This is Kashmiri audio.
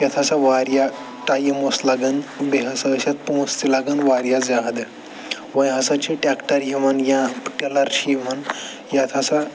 یَتھ ہَسا وارِیاہ ٹایِم اوس لَگان بیٚیہِ ہَسا ٲسۍ یَتھ پونٛسہٕ تہِ لَگان وارِیاہ زیادٕ وَنہِ ہَسا چھِ ٹٮ۪کٹَر یِوان یا ٹِلَر چھِ یِوان یَتھ ہَسا